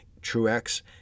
Truex